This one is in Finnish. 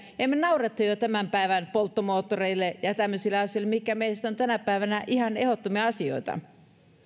ja me nauramme tämän päivän polttomoottoreille ja tämmöisille asioille mitkä meistä ovat tänä päivänä ihan ehdottomia asioita